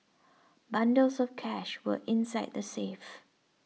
bundles of cash were inside the safe